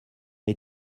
est